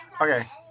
okay